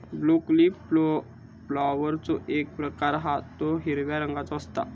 broccoli फ्लॉवरचो एक प्रकार हा तो हिरव्या रंगाचो असता